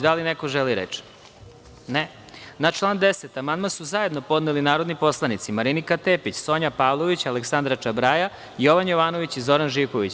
Da li neko želi reč? (Ne) Na član 10. amandman su zajedno podneli narodni poslanici Marinika Tepić, Sonja Pavlović, Aleksandra Čabraja, Jovan Jovanović i Zoran Živković.